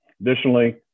Additionally